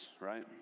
right